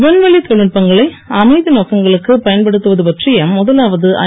விண்வெளி தொழில்நுட்பங்களை அமைதி நோக்கங்களுக்கு பயன்படுத்துவது பற்றிய முதலாவது ஐ